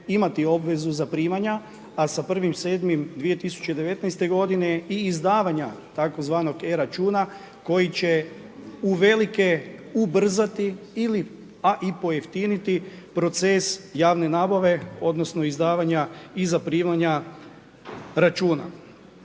imati obvezu zaprimanja a sa 1.7.2019. godine i izdavanja tzv. e-računa koji će uvelike ubrzati ili a i pojeftiniti proces javne nabave odnosno izdavanja i zaprimanja računa.